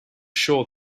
sure